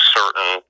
certain